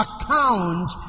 account